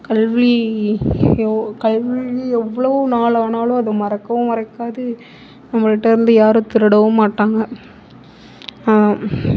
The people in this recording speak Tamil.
கல்வி கல்வி எவ்வளோ நாள் ஆனாலும் அது மறக்கவும் மறக்காது நம்மள்ட்டந்து யாரும் திருடவும் மாட்டாங்க